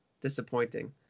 disappointing